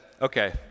okay